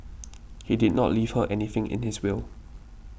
he did not leave her anything in his will